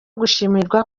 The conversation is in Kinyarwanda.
gushimirwa